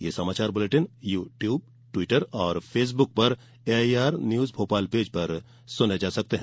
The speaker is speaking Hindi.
ये समाचार बुलेटिन यू ट्यूब ट्विटर और फेसबुक पर एआईआर न्यूज भोपाल पेज पर सुने जा सकते हैं